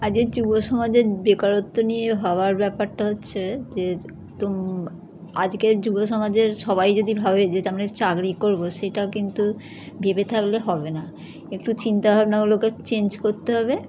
আজকের যুব সমাজের বেকারত্ব নিয়ে ভাবার ব্যাপারটা হচ্ছে যে তোম আজকের যুব সমাজের সবাই যদি ভাবে যে আমরা চাকরি করবো সেটা কিন্তু ভেবে থাকলে হবে না একটু চিন্তা ভাবনাগুলোকে চেঞ্জ করতে হবে